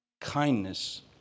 kindness